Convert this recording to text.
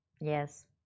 yes